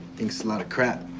think it's a lot of crap.